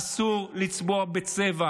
אסור לצבוע בצבע.